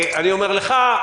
אני אומר לך,